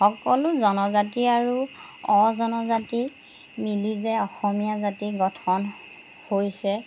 সকলো জনজাতি আৰু অ জনজাতি মিলি যে অসমীয়া জাতি গঠন হৈছে